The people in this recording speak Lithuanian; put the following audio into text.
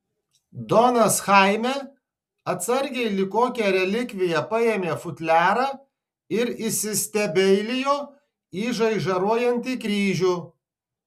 donas chaime atsargiai lyg kokią relikviją paėmė futliarą ir įsistebeilijo į žaižaruojantį kryžių